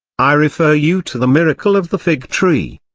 i refer you to the miracle of the fig tree.